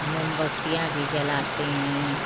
मोमबत्तियाँ भी जलाते हैं